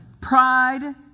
Pride